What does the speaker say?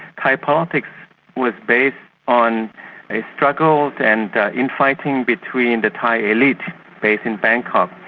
thai politics was based on a struggle and in-fighting between the thai elite based in bangkok.